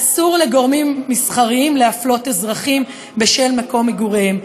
אסור לגורמים מסחריים להפלות אזרחים בשל מקום מגוריהם,